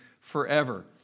forever